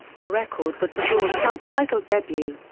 the record was the doors self-titled debut.